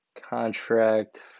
contract